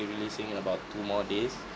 be releasing in about two more days